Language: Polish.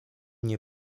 nie